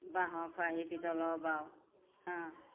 বাঁহৰ খৰাহী পিতলৰ বাও হাঁ